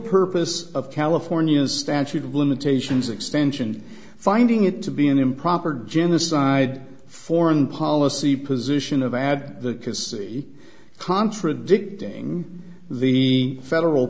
purpose of california statute of limitations extension finding it to be an improper genocide foreign policy position of add the because he contradicting the federal